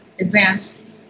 Advanced